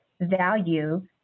value